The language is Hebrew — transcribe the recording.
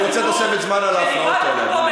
אני רוצה תוספת זמן על ההפרעות האלה, אדוני.